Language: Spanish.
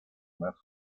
más